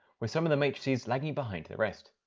with some of the matrices lagging behind the rest.